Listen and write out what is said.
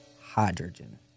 hydrogen